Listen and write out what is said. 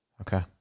okay